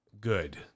Good